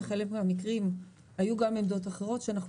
וחלק מהמקרים היו גם עמדות אחרות שאנחנו